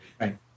right